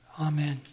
Amen